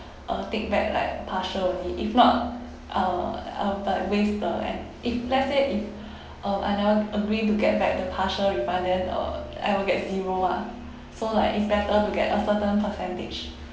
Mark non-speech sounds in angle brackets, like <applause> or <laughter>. uh take back like partial only if not I'll I'll but waste the and if let's say if <breath> uh I never agree to get back the partial refund then uh I will get zero ah so like it's better to get a certain percentage